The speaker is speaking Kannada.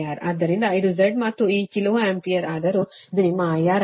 ಆದ್ದರಿಂದ ಇದು Z ಮತ್ತು ಈ ಕಿಲೋ ಆಂಪಿಯರ್ ಆದರೂ ಇದು ನಿಮ್ಮ IR ಆಗಿದೆ